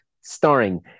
starring